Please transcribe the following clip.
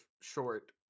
short